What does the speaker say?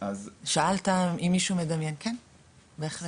שאלת אם מישהו מדמיין, כן בהחלט.